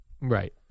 Right